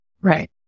right